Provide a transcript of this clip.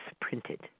printed